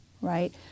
Right